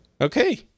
Okay